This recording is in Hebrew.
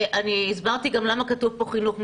ואני הסברתי גם למה כתוב פה חינוך מיוחד,